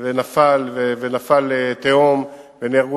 ונפל לתהום ונהרגו,